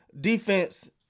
defense